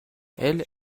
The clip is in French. elle